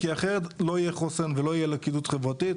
כי אחרת לא יהיה חוסן ולא תהיה לכידות חברתית.